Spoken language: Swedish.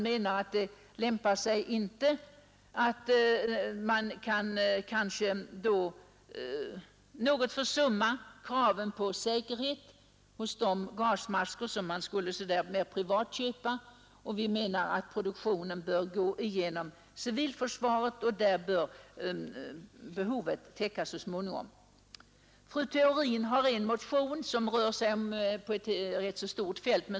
Detta yrkande har utskottet gått emot bl.a. därför att kraven på säkerhet därigenom skulle kunna försummas. Vi menar att gasmaskproduktionen bör gå genom civilförsvaret, som så småningom bör kunna få en tillverkning tillräcklig för att täcka hela behovet. Fru Theorin har en motion som rör sig på ett stort fält.